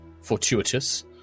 fortuitous